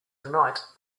tonight